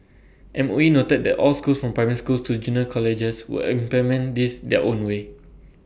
M O E noted that all schools from primary schools to junior colleges will implement this their own way